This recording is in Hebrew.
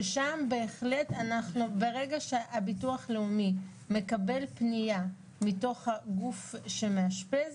ששם בהחלט ברגע שהביטוח הלאומי מקבל פנייה מתוך הגוף שמאשפז,